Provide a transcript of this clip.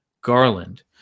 Garland